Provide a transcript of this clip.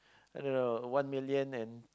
I don't know one million and